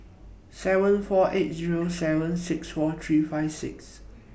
seven four eight Zero seven six four three five six